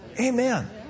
Amen